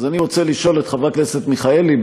אז אני רוצה לשאול את חברת הכנסת מיכאלי,